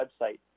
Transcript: website